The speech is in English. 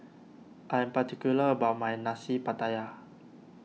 I am particular about my Nasi Pattaya